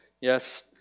yes